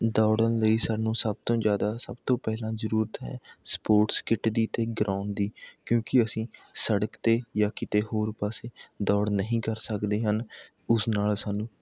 ਦੌੜਨ ਲਈ ਸਾਨੂੰ ਸਭ ਤੋਂ ਜ਼ਿਆਦਾ ਸਭ ਤੋਂ ਪਹਿਲਾਂ ਜ਼ਰੂਰਤ ਹੈ ਸਪੋਰਟਸ ਕਿੱਟ ਦੀ ਅਤੇ ਗਰਾਊਂਡ ਦੀ ਕਿਉਂਕਿ ਅਸੀਂ ਸੜਕ 'ਤੇ ਜਾਂ ਕਿਤੇ ਹੋਰ ਪਾਸੇ ਦੌੜ ਨਹੀਂ ਕਰ ਸਕਦੇ ਹਨ ਉਸ ਨਾਲ ਸਾਨੂੰ